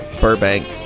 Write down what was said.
Burbank